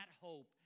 hope